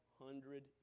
hundred